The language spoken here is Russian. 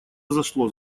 зашло